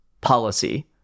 policy